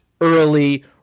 early